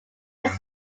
its